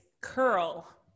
curl